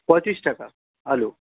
পঁয়তিরিশ টাকা আলু